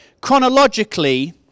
chronologically